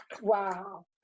wow